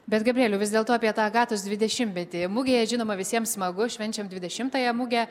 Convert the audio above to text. bet gabrieliau vis dėlto apie tą agatos dvidešimtmetį mugėje žinoma visiems smagu švenčiam dvidešimtąją mugę